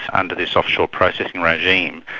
under this offshore processing regime,